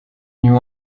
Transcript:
new